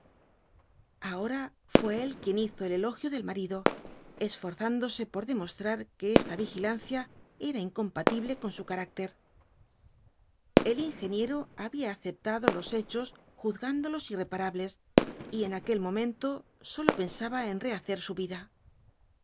ahora fué él quien hizo el elogio del marido esforzándose por demostrar que esta vigilancia era incompatible con su carácter el ingeniero había aceptado los los cuatro jinhtbs dbl apogalipsis hechos juzgándolos irreparables y en aquel momento sólo pensaba en rehacer su vida